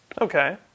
Okay